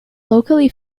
locally